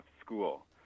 school